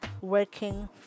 working